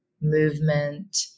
movement